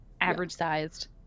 average-sized